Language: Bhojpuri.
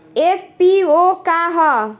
एफ.पी.ओ का ह?